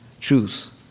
truth